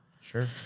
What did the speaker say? Sure